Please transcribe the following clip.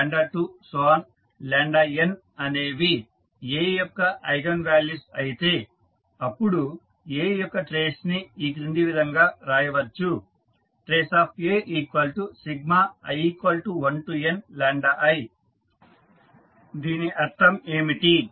n అనేవి A యొక్క eigen values అయితే అపుడు A యొక్క ట్రేస్ ని ఈ క్రింది విధంగా రాయవచ్చు tri1ni దీని అర్థం ఏమిటి